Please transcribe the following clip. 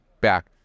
back